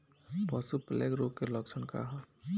पशु प्लेग रोग के लक्षण का ह?